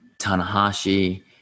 Tanahashi